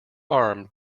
arm